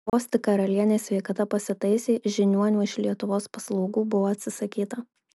vos tik karalienės sveikata pasitaisė žiniuonių iš lietuvos paslaugų buvo atsisakyta